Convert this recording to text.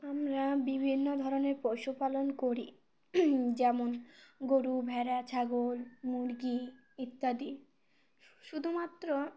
আমরা বিভিন্ন ধরনের পশুপালন করি যেমন গরু ভেড়া ছাগল মুরগি ইত্যাদি শুধুমাত্র